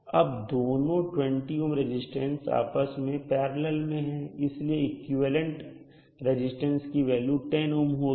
तो अब दोनों 20 ohm रजिस्टेंस आपस में पैरलल में हैं इसलिए इक्विवेलेंट R की वैल्यू 10 ohm होगी